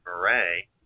Marais